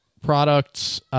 products